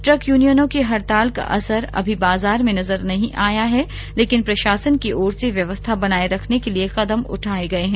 truck यूनियनों की हड़ताल का असर अभी बाजार में नजर नहीं आया है लेकिन प्रशासन की ओर से व्यवस्था बनाए रखने के लिए कदम उठाए जा रहे हैं